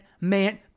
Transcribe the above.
man